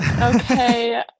okay